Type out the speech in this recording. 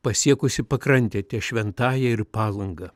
pasiekusi pakrantę ties šventąja ir palanga